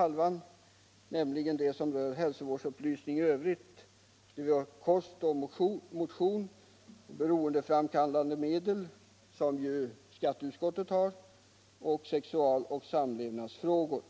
alltså den som berör hälsovårdsupplysning i övrigt, kost och motion, beroendeframkallande medel, som ju skatteutskottet behandlar, samt sexualoch samlevnadsfrågor.